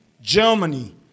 Germany